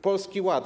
Polski Ład.